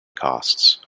costs